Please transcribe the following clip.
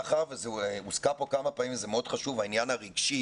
מאחר וזה הוזכר פה כמה פעמים וזה מאוד חשוב העניין הרגשי,